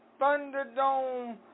Thunderdome